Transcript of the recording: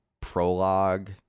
prologue